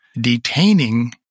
detaining